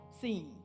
scene